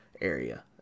area